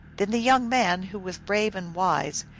then the young man, who was brave and wise,